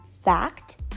fact